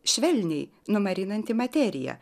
švelniai numarinanti materija